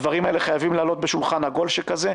הדברים האלה חייבים לעלות בשולחן העגול שכזה.